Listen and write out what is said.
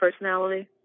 personality